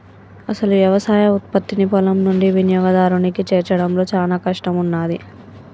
అసలు యవసాయ ఉత్పత్తిని పొలం నుండి వినియోగదారునికి చేర్చడంలో చానా కష్టం ఉన్నాది